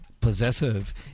possessive